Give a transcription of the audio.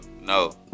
no